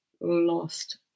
lost